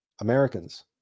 Americans